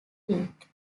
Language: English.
creek